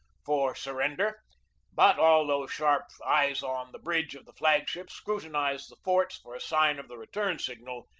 for surrender but, although sharp eyes on the bridge of the flag-ship scrutinized the forts for a sign of the return signal,